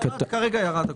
כרגע ירד הכול.